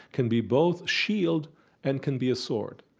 can be both shield and can be a sword.